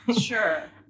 Sure